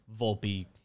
Volpe